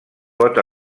pot